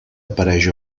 apareix